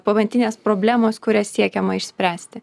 pagrindinės problemos kurias siekiama išspręsti